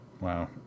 wow